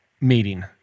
meeting